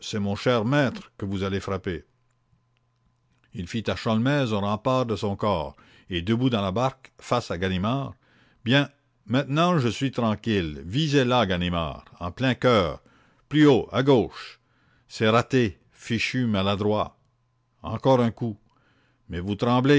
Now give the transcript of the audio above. mon cher maître que vous allez frapper il fit à sholmès un rempart de son corps et debout dans la barque face à ganimard bien maintenant je suis tranquille visez là ganimard en plein cœur plus haut à gauche c'est raté fichu maladroit encore un coup mais vous tremblez